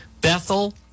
Bethel